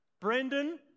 Brendan